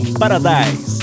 paradise